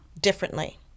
differently